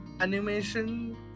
animation